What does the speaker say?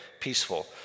peaceful